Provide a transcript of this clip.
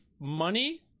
money